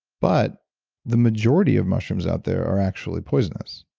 but the majority of mushrooms out there are actually poisonous,